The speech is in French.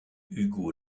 hugo